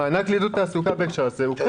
המענק לעידוד תעסוקה --- הוא